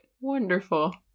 Wonderful